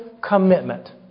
commitment